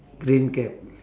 green can